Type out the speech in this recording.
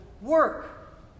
work